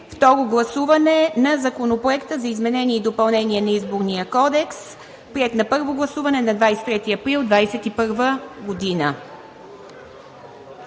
Второ гласуване на Законопроект за изменение и допълнение на Изборния кодекс. Приет на първо гласуване на 23 април 2021 г.“